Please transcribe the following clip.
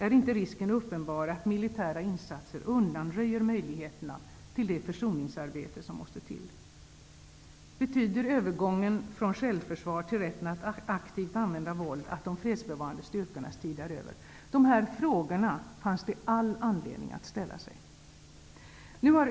Är inte risken uppenbar att militära insatser undanröjer möjligheterna till det försoningsarbete som måste till? Betyder övergången från självförsvar till rätten att aktivt använda våld att de fredsbevarande styrkornas tid är över? Dessa frågor fanns det all anledning att ställa sig.